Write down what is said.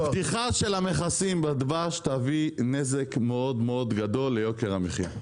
פתיחת המכסים בדבש תביא נזק מאוד גדול ליוקר המחיה.